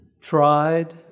tried